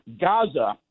Gaza